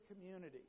community